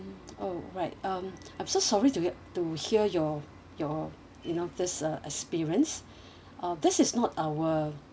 alright um I'm so sorry to get to hear your your you know this uh experience uh this is not our